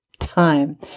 time